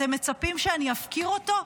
אתם מצפים שאני אפקיר אותו?